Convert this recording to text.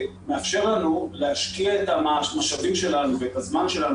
מאפשר לנו להשקיע את המשאבים שלנו ואת הזמן שלנו